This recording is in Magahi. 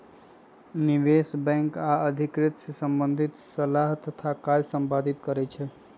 निवेश बैंक आऽ अधिग्रहण से संबंधित सलाह तथा काज संपादित करइ छै